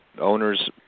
owners